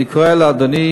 אני קורא לאדוני